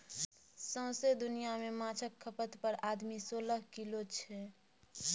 सौंसे दुनियाँ मे माछक खपत पर आदमी सोलह किलो छै